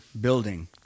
building